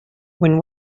when